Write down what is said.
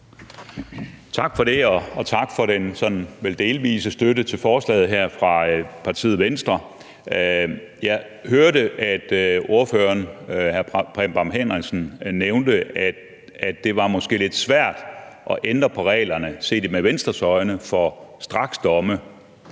Tak for det, og tak for den sådan vel delvise støtte til forslaget her fra partiet Venstre. Jeg hørte, at ordføreren, hr. Preben Bang Henriksen, nævnte, at det måske var lidt svært at ændre reglerne for straksdomme,